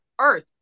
earth